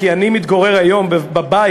כי אני מתגורר היום בבית,